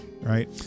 right